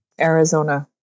Arizona